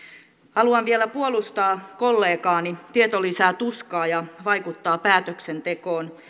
haluan vielä puolustaa kollegaani tieto lisää tuskaa ja vaikuttaa päätöksentekoon